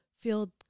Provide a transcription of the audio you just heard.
feel